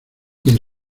quien